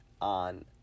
on